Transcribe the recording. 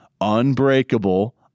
unbreakable